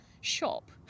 shop